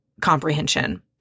comprehension